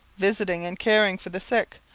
visiting and caring for the sick,